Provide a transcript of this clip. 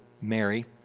Mary